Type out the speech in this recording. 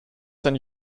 sein